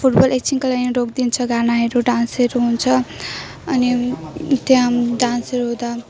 football एकछिनको लागि रोकिदिन्छ गानाहरू डान्सहरू हुन्छ अनि त्यहाँ डान्सहरू हुँदा